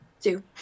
Two